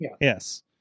Yes